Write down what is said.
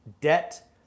Debt